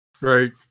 Right